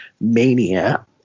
mania